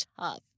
tough